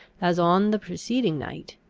as on the preceding night,